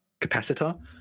capacitor